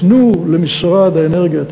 תנו למשרד האנרגיה את